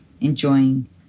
enjoying